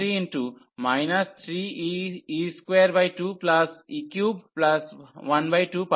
সুতরাং আমরা 13 3e22e312 পাব